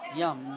yum